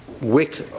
wick